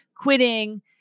quitting